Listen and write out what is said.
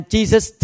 Jesus